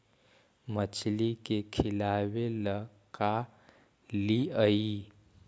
मछली के खिलाबे ल का लिअइ?